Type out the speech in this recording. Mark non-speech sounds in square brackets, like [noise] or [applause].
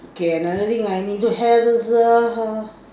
okay another thing I need to have is a [noise]